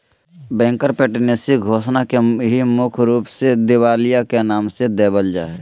bankruptcy घोषणा के ही मुख्य रूप से दिवालिया के नाम देवल जा हय